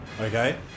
Okay